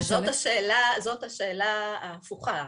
זאת השאלה ההפוכה.